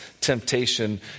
temptation